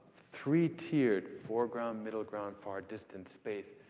three-tiered foreground, middle ground, far distant space.